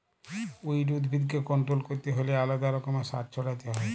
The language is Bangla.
উইড উদ্ভিদকে কল্ট্রোল ক্যরতে হ্যলে আলেদা রকমের সার ছড়াতে হ্যয়